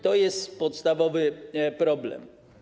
To jest podstawowy problem.